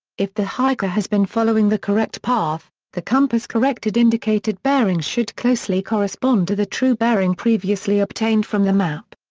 if the hiker has been following the correct path, the compass' corrected indicated bearing should closely correspond to the true bearing previously obtained from the map.